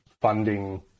funding